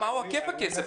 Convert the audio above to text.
מה היקף הכסף,